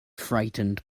frightened